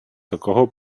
такого